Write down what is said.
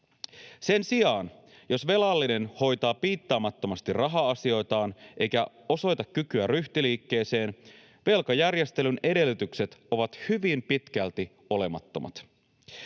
Sen sijaan, jos velallinen hoitaa raha-asioitaan piittaamattomasti eikä osoita kykyä ryhtiliikkeeseen, velkajärjestelyn edellytykset ovat hyvin pitkälti olemattomat.